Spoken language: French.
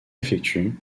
effectue